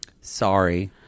Sorry